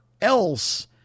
else